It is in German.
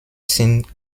sind